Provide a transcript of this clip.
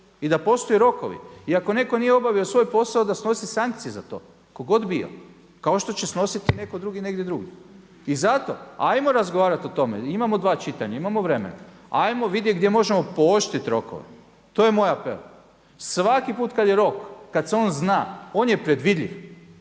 i da postoje rokovi. I ako netko nije obavio svoj posao da snosi sankcije za to, tko god bio kao što će snositi netko drugi negdje drugdje. I zato hajmo razgovarat o tome, imamo dva čitanja, imamo vremena. Hajmo vidjeti gdje možemo pooštriti rokove. To je moj apel. Svaki put kad je rok, kad se on zna, on je predvidljiv.